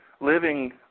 living